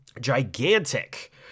gigantic